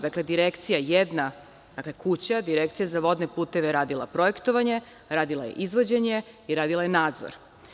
Dakle, Direkcija jedna kuća, Direkcija za vodne puteve je radila projektovanje, radila je izvođenje i radila je nadzor.